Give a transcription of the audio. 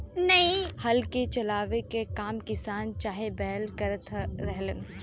हल के चलावे के काम किसान चाहे बैल करत रहलन